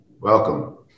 welcome